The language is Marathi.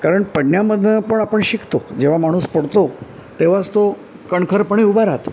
कारण पडण्यामधनं पण आपण शिकतो जेव्हा माणूस पडतो तेव्हाच तो कणखरपणे उभा राहतो